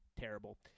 terrible